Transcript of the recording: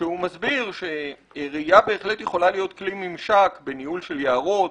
הוא מסביר שרעייה בהחלט יכולה להוות כלי ממשק בניהול יערות,